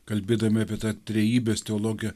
kalbėdami apie trejybės teologiją